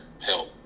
help